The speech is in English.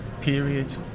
period